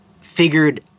figured